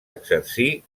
exercir